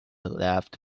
left